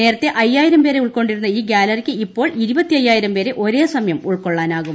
നേരത്തെ അയ്യായിരം പേരെ ഉൾക്കൊണ്ടിരുന്ന ഈ ്യാലറിക്ക് ഇപ്പോൾ ഇരുപത്തായ്യിരം പേരെ ഒരേസമയം ഉൾക്കൊള്ളാനാകും